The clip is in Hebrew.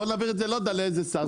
בוא נעביר את זה לא יודע לאיזה שר.